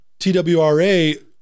TWRA